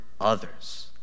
others